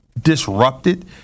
disrupted